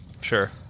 Sure